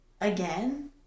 Again